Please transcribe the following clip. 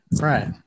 right